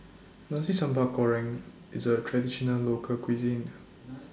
Nasi Sambal Goreng IS A Traditional Local Cuisine